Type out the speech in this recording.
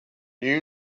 you